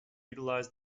utilized